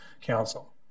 Council